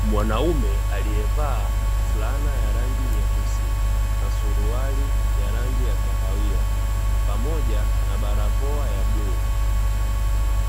Mwanaume aliye vaa fulana ya rangi nyeusi na suruali ya rangi ya kahawia, pamoja na barakoa ya bluu,